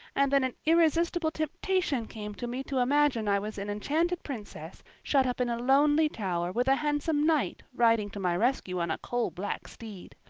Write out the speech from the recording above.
and then an irresistible temptation came to me to imagine i was an enchanted princess shut up in a lonely tower with a handsome knight riding to my rescue on a coal-black steed.